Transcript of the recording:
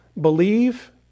believe